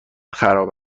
خراب